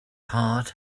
heart